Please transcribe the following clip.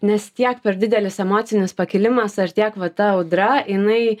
nes tiek per didelis emocinis pakilimas ar tiek va ta audra jinai